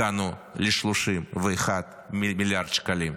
הגענו ל-31 מיליארד שקלים,